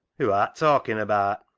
who art talkin' abaat?